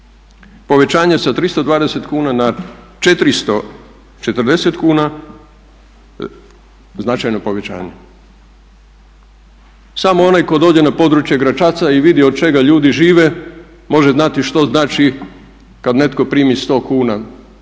povećanje sa 320 kuna na 440 kuna značajno povećanje. Samo onaj koji dođe na područje Gračaca i vidi od čega ljudi žive može znati što znači kada netko primi 100 kuna